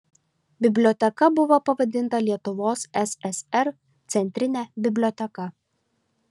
biblioteka buvo pavadinta lietuvos ssr centrine biblioteka